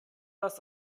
dass